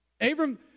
Abram